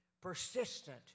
persistent